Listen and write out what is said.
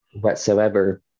whatsoever